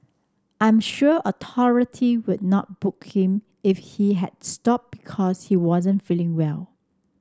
I am sure authority would not book him if he had stop because he wasn't feeling well